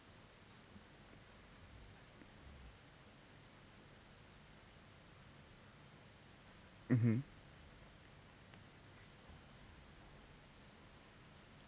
mmhmm